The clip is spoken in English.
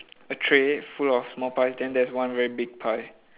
a tray full of small pies then there's one very big pie